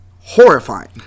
horrifying